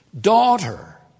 Daughter